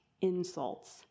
insults